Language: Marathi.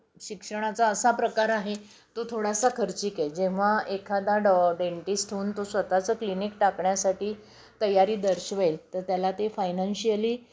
शिक्षणाचा असा प्रकार आहे तो थोडासा खर्चिक आहे जेव्हा एखादा डॉ डेंटिस्ट होऊन तो स्वतःचा क्लिनिक टाकण्यासाठी तयारी दर्शवेल तर त्याला ते फायनान्शियली